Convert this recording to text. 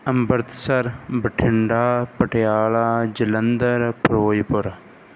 Amritsar Bathinda Patiala Jalandhar Firozpur